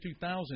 2000